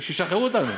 ושישחררו אותנו.